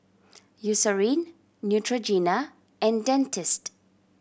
Eucerin Neutrogena and Dentiste